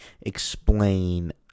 explain